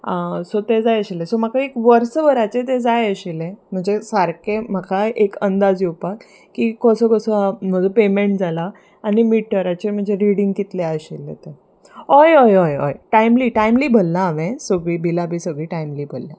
so तें जाय आशिल्लें सो म्हाका एक वर्स भराचे तें जाय आशिल्लें म्हजे सारकें म्हाका एक अंदाज येवपाक की कसो कसो म्हजो पेमेंट जाला आनी मिटराचेर म्हजे रिडींग कितलें आशिल्लें तें हय हय हय हय टायमली टायमली भरलां हांवें सगळीं बिलां बी सगळी टायमली भरल्या